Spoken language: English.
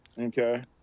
Okay